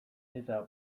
eta